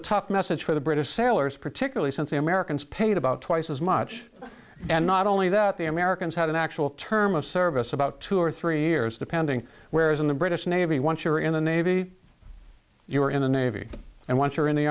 tough message for the british sailors particularly since the americans paid about twice as much and not only that the americans had an actual term of service about two or three years depending whereas in the british navy once you're in the navy you were in the navy and once you're in the